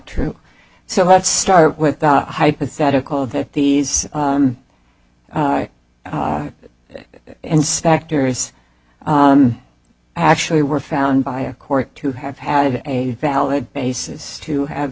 true so let's start with a hypothetical that these inspectors actually were found by a court to have had a valid basis to have